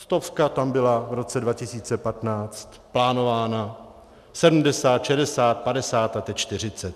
Stovka tam byla v roce 2015 plánována, 70, 60, 50 a teď 40.